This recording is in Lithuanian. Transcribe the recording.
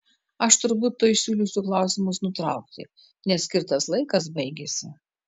aš turbūt tuoj siūlysiu klausimus nutraukti nes skirtas laikas baigiasi